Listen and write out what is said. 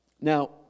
Now